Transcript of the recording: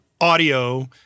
audio